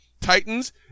Titans